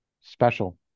Special